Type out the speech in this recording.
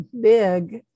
big